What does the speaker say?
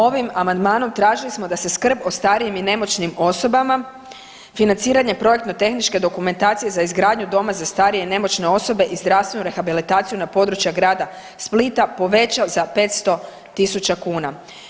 Ovim amandmanom tražili smo da se skrb o starijim i nemoćnim osobama, financiranje projektno-tehničke dokumentacije za izgradnju doma za starije i nemoćne osobe i zdravstvenu rehabilitaciju na području grada Splita poveća za 500 000 kuna.